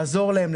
לעזור להם,